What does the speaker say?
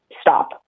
Stop